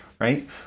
right